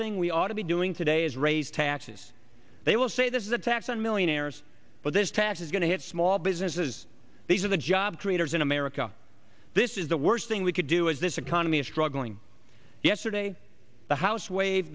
thing we ought to be doing today is raise taxes they will say this is a tax on millionaires but this tax is going to hit small businesses these are the job creators in america this is the worst thing we could do is this economy is struggling yesterday the house waive